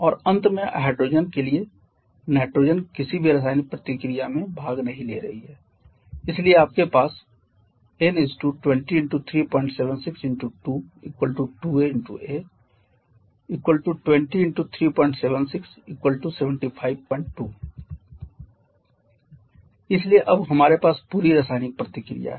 और अंत में नाइट्रोजन के लिए नाइट्रोजन किसी भी रासायनिक प्रतिक्रियाओं में भाग नहीं ले रही है इसलिए आपके पास N 20 × 376 × 2 2 a 🡺 a 20 × 376 752 इसलिए अब हमारे पास पूरी रासायनिक प्रतिक्रिया है